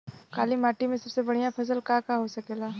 काली माटी में सबसे बढ़िया फसल का का हो सकेला?